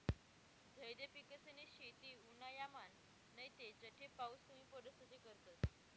झैद पिकेसनी शेती उन्हायामान नैते जठे पाऊस कमी पडस तठे करतस